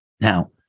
Now